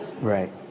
Right